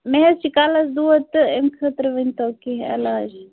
مےٚ حظ چھ کَلَس دود تہٕ امہِ خٲطرٕ ؤنۍ تو کینٛہہ علاج